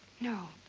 no,